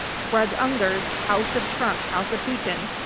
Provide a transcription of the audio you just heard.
craig unger's house of trump, house of putin,